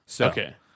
Okay